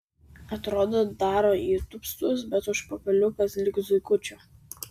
atrodo daro įtūpstus bet užpakaliukas lyg zuikučio